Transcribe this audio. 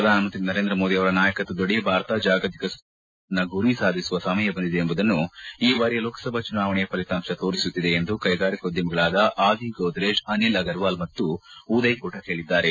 ಪ್ರಧಾನಿ ನರೇಂದ್ರ ಮೋದಿ ಅವರ ನಾಯಕತ್ವದಡಿ ಭಾರತ ಜಾಗತಿಕ ಸೂಪರ್ ಪವರ್ ರಾಷ್ಟವಾಗುವ ತನ್ನ ಗುರಿ ಸಾಧಿಸುವ ಸಮಯ ಬಂದಿದೆ ಎಂಬುದನ್ನು ಈ ಬಾರಿಯ ಲೋಕಸಭಾ ಚುನಾವಣೆಯ ಫಲಿತಾಂಶ ತೋರಿಸುತ್ತಿದೆ ಎಂದು ಕೈಗಾರಿಕೋದ್ಯಮಿಗಳಾದ ಆದಿ ಗೋರ್ರೇಜ್ ಅನಿಲ್ ಅಗರವಾಲ್ ಮತ್ತು ಉದಯ್ ಕೊಟಕ್ ಹೇಳಿದ್ದಾರೆ